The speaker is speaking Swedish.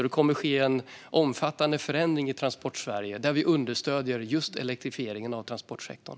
Det kommer att ske en omfattande förändring i Transportsverige där vi understöder just elektrifieringen av transportsektorn.